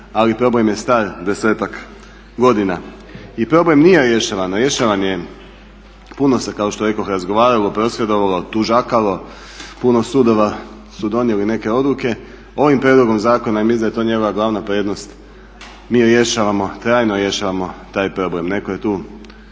ali problem je star 10-ak godina. I problem nije rješavan. Puno se kao što rekoh razgovaralo, prosvjedovalo, tužakalo, puno sudova su donijeli neke odluke. Ovim prijedlogom zakona, mislim da je to njegova glavna prednost, mi rješavamo trajno taj problem. Netko je tu